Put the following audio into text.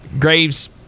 Graves